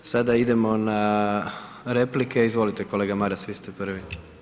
Sada idemo na replike, izvolite kolega Maras, vi ste prvi.